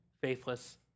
faithless